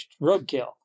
roadkill